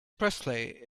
presley